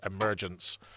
emergence